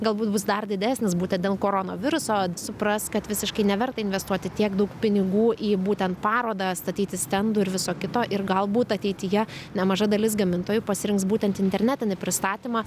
galbūt bus dar didesnis būtent dėl koronaviruso supras kad visiškai neverta investuoti tiek daug pinigų į būtent parodą statyti stendų ir viso kito ir galbūt ateityje nemaža dalis gamintojų pasirinks būtent internetinį pristatymą